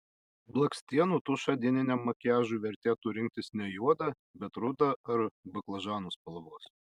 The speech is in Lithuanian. blakstienų tušą dieniniam makiažui vertėtų rinktis ne juodą bet rudą ar baklažanų spalvos